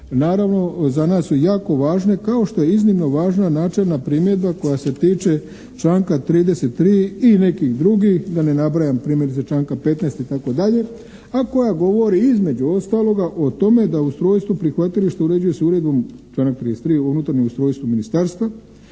naravno za nas su jako važne kao što je iznimno važna načelna primjedba koja se tiče članka 33. i nekih drugih, da ne nabrajam primjerice članka 15. itd. a koja govori između ostaloga o tome da ustrojstvo u prihvatilištu uređuje se uredbom, članak 33. u unutarnjem ustrojstvu ministarstva